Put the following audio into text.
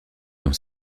dont